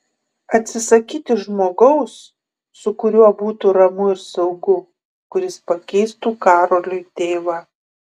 atsisakyti žmogaus su kuriuo būtų ramu ir saugu kuris pakeistų karoliui tėvą